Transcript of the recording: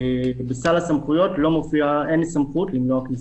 בסל הסמכויות אין לי סמכות למנוע כניסה.